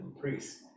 priests